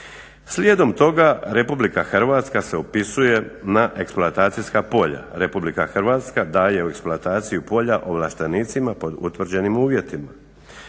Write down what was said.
Slijedom toga Republika Hrvatska se upisuje na eksploatacijska polja. Republika Hrvatska daje u eksploataciju polja ovlaštenicima pod utvrđenim uvjetima.